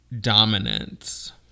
dominance